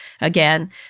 again